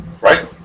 Right